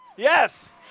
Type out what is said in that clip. Yes